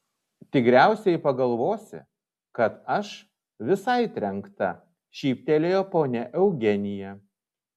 tikriausiai pagalvosi kad aš visai trenkta šyptelėjo ponia eugenija